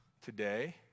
today